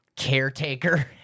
Caretaker